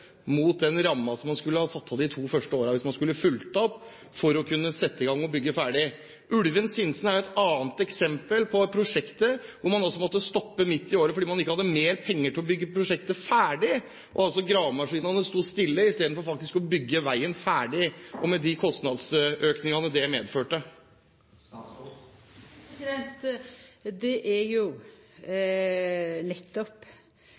mot den rammen som man skulle ha satt av de to første årene, hvis man skulle fulgt opp for å kunne sette i gang og bygge ferdig. Ulven–Sinsen er jo et annet eksempel på et prosjekt hvor man har måttet stoppe midt i året, fordi man ikke hadde mer penger til å bygge prosjektet ferdig. Gravemaskinene sto stille istedenfor at man bygde veien ferdig, med de kostnadsøkningene det medførte. Det er jo nettopp